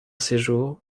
séjour